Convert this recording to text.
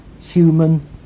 human